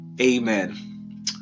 Amen